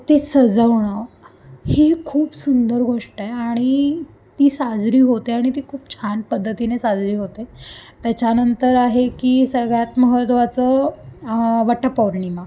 ती सजवणं ही खूप सुंदर गोष्ट आहे आणि ती साजरी होते आणि ती खूप छान पद्धतीने साजरी होते त्याच्यानंतर आहे की सगळ्यात महत्वाचं वटपौर्णिमा